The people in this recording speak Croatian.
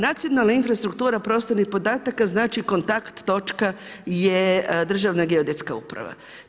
Nacionalna infrastruktura prostornih podataka znači kontakt točka je Državna geodetska uprava.